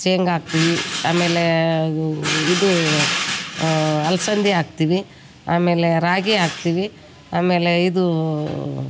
ಶೇಂಗಾ ಹಾಕ್ತಿವಿ ಆಮೇಲೇ ಇದು ಅಲಸಂದಿ ಹಾಕ್ತಿವಿ ಆಮೇಲೆ ರಾಗಿ ಹಾಕ್ತಿವಿ ಆಮೇಲೆ ಇದು